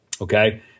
okay